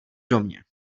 domě